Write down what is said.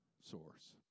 source